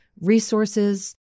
resources